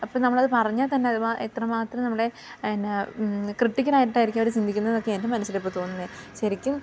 അപ്പം നമ്മളത് പറഞ്ഞാൽ തന്നെ എത്ര മാത്രം നമ്മളെ എന്നെ കൃട്ടിക്കലായിട്ടായിരിക്കും അവർ ചിന്തിക്കുന്നതൊക്കെ എൻ്റെ മനസ്സിലിപ്പോൾ തോന്നുന്നത് ശരിക്കും